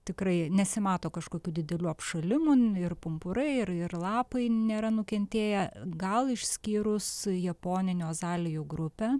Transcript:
tikrai nesimato kažkokių didelių apšalimų ir pumpurai ir ir lapai nėra nukentėję gal išskyrus japoninių azalijų grupę